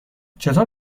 چطور